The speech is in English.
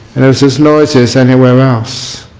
and there's there's noises anywhere else.